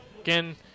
Again